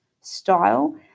style